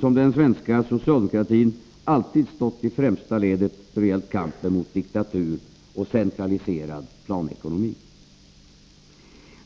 den svenska socialdemokratin alltid stått i främsta ledet då det gällt kampen mot diktatur och centraliserad planekonomi.